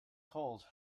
cold